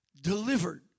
delivered